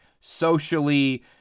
socially-